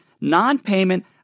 non-payment